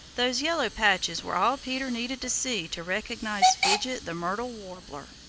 those yellow patches were all peter needed to see to recognize fidget the myrtle warbler,